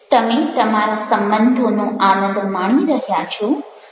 તમે તમારા સંબંધોનો આનંદ માણી રહ્યા છો